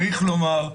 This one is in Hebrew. צריך לומר,